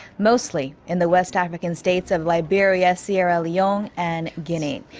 mostly, in the west african states of liberia, sierra leone and guinea.